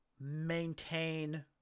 maintain